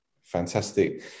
Fantastic